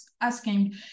asking